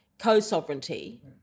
co-sovereignty